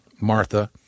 martha